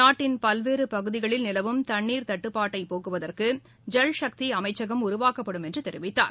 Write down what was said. நாட்டின் பல்வேறு பகுதிகளில் நிலவும் தண்ணீர் தட்டுப்பாட்டை போக்குவதற்கு ஜல் ஷக்தி அமைச்சகம் உருவாக்கப்படும் என்று தெரிவித்தார்